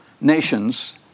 nations